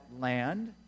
land